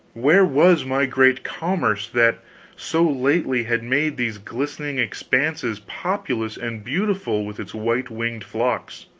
where was my great commerce that so lately had made these glistening expanses populous and beautiful with its white-winged flocks?